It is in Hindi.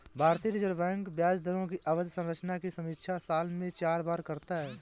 भारतीय रिजर्व बैंक ब्याज दरों की अवधि संरचना की समीक्षा साल में चार बार करता है